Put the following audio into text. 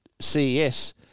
CES